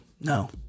No